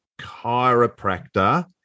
chiropractor